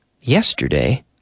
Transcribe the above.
Yesterday